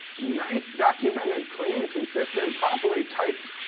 nice documented, clean, consistent, properly-typed,